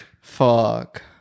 fuck